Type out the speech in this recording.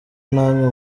namwe